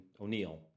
O'Neill